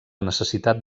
necessitat